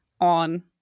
on